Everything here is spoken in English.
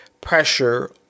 pressure